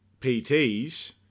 PTs